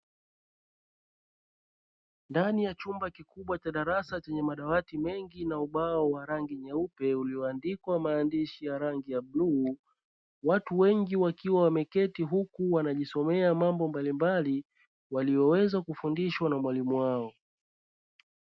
Ndani ya chumba kikubwa cha darasa chenye madawati mengi na ubao wa rangi nyeupe ulioandikwa maandishi ya rangi ya bluu. Watu wengi wakiwa wameketi huku wanajisomea mambo mbalimbali waliyoweza kufundishwa na mwalimu wao.